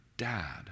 dad